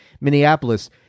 minneapolis